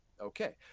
Okay